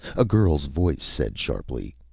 a girl's voice said sharply,